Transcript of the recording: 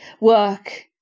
work